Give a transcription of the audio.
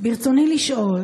ברצוני לשאול: